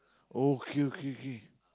okay okay kay